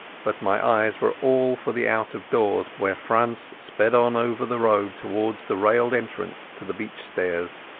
but my eyes were all for the out-of-doors, where franz sped on over the road towards the railed entrance to the beach stairs.